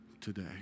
today